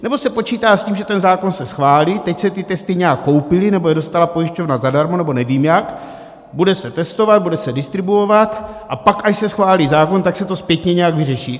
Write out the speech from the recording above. Nebo se počítá s tím, že ten zákon se schválí, teď se ty testy nějak koupily, nebo je dostala pojišťovna zadarmo nebo nevím jak, bude se testovat, bude se distribuovat, a pak, až se schválí zákon, tak se to zpětně nějak vyřeší?